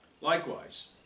Likewise